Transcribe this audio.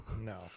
No